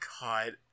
God